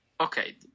Okay